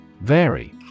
Vary